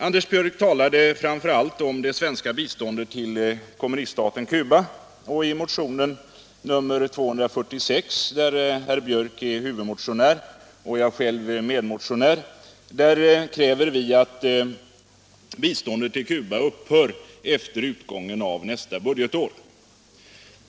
Anders Björck talade framför allt om det svenska biståndet till kommuniststaten Cuba, och i motionen nr 246 där herr Björck är huvudmotionär och jag själv medmotionär kräver vi att biståndet till Cuba upphör efter utgången av nästa budgetår.